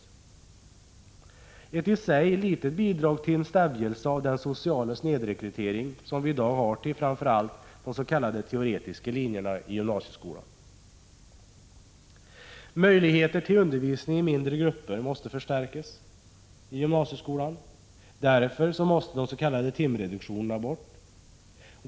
Det är ett i sig litet bidrag till stävjandet av den sociala snedrekrytering som vi i dag har till framför allt de s.k. teoretiska linjerna i gymnasieskolan. Möjligheterna till undervisning i mindre grupper måste förstärkas i gymnasieskolan. Därför måste de s.k. timreduktionerna bort.